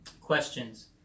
questions